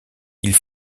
ils